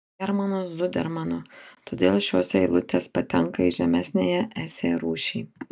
hermanu zudermanu todėl šios eilutės patenka į žemesniąją esė rūšį